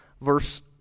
verse